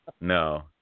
No